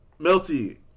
Melty